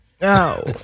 No